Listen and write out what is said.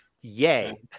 yay